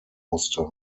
musste